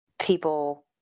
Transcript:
people